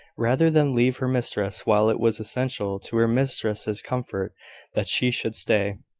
rather than leave her mistress while it was essential to her mistress's comfort that she should stay.